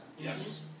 yes